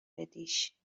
بدیش